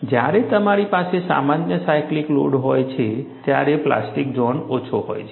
જ્યારે તમારી પાસે સામાન્ય સાઇક્લિકલ લોડ હોય છે ત્યારે પ્લાસ્ટિક ઝોન ઓછો હોય છે